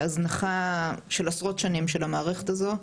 הזנחה של עשרות שנים של המערכת הזו,